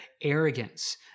arrogance